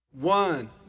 One